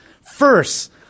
First